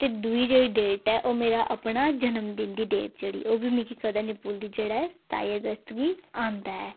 ते दूई जेह्ड़ी डेट ऐ ओह् मेरा अपने जनमदिन दी डेट जेह्ड़ी ओह् मिगी कदें निं भुलदी जेह्ड़ा ऐ सताई अगस्त गी औंदा ऐ